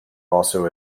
also